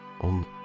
on